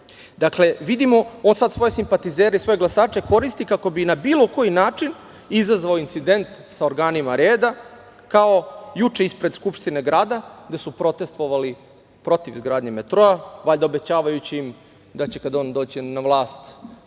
Dakle, vidimo da on svoje simpatizere i svoje glasače koristi kako bi na bilo koji način izazvao incident sa organima reda, kao juče ispred Skupštine grada, gde su protestvovali protiv izgradnje metroa, valjda obećavajući im da će kada on dođe na vlast